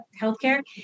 healthcare